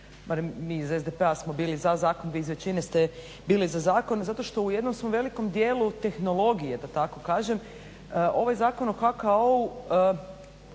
mi iz SDP-a smo bili za zakon. Vi iz većine ste bili za zakon zato što u jednom smo velikom dijelu tehnologije da tako kažem ovaj Zakon o HKO-u